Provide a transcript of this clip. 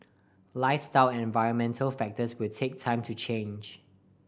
lifestyle and environmental factors will take time to change